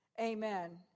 amen